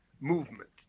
movement